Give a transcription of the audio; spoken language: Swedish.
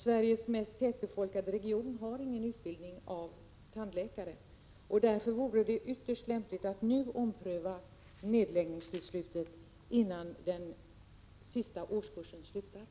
Sveriges mest tätbefolkade region har ingen utbildning av tandläkare. Därför vore det ytterst lämpligt att nu, innan den sista årskursen slutar, ompröva beslutet om nedläggning.